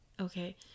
okay